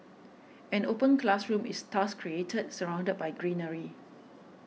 an open classroom is thus created surrounded by greenery